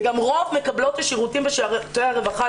וגם רוב מקבלות השירותים בשירותי הרווחה,